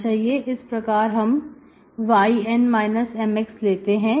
इस प्रकार हम yN Mx लेते हैं